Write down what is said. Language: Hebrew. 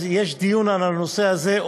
יש דיון על הנושא הזה,